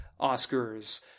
Oscars